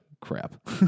crap